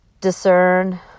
discern